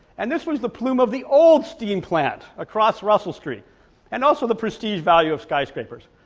and this was the plume of the old steam plant across russell street and also the prestige value of skyscrapers.